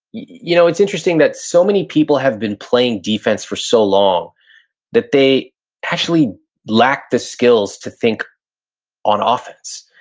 you know it's interesting that so many people have been playing defense for so long that they actually lack the skills to think on ah offense.